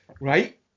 Right